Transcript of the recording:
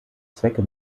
zwecke